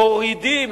מורידים,